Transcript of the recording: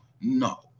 No